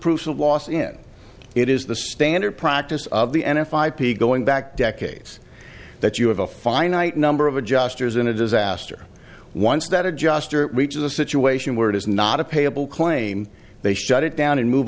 crucial loss in it is the standard practice of the n f ip going back decades that you have a finite number of adjusters in a disaster once that adjuster reaches a situation where it is not a payable claim they shut it down and move